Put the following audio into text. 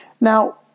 Now